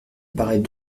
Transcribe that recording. paraît